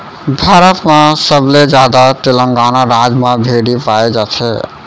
भारत म सबले जादा तेलंगाना राज म भेड़ी पाए जाथे